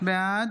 בעד